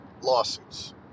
lawsuits